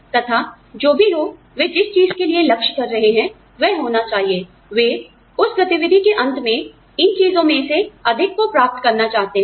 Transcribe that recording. तथा जो भी हो वे जिस चीज के लिए लक्ष्य कर रहे हैं वह होना चाहिए वे उस गतिविधि के अंत में इन चीजों में से अधिक को प्राप्त करना चाहते हैं